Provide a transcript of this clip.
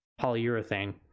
polyurethane